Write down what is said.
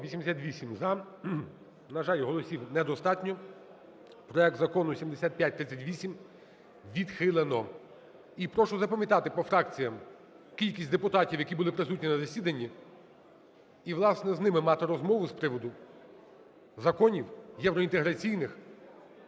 Закону 7538 відхилено.